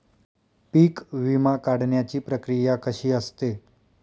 पीक विमा काढण्याची प्रक्रिया कशी असते?